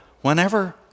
whenever